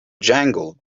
jangled